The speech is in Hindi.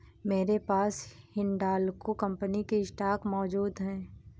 मेरे पास हिंडालको कंपनी के स्टॉक मौजूद है